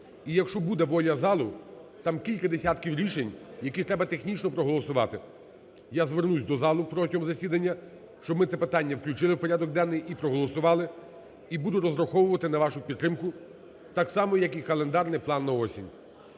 І якщо буле воля залу, там кілька десятків рішень, які треба технічно проголосувати. Я звернусь до залу протягом засідання, щоб ми це питання включили в порядок денний і проголосували і буду розраховувати на вашу підтримку, так само як і календарний план на осінь.